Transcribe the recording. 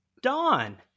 Dawn